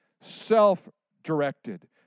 self-directed